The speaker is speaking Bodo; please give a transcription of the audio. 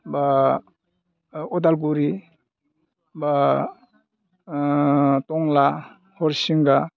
बा अदालगुरि बा टग्ला हरिसिंगा